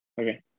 Okay